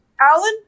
alan